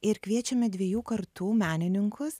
ir kviečiame dviejų kartų menininkus